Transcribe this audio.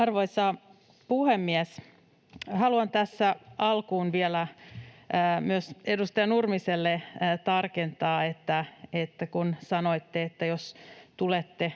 Arvoisa puhemies! Haluan tässä alkuun vielä myös edustaja Nurmiselle tarkentaa — kun sanoitte, että jos tulette